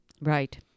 Right